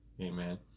amen